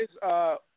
guys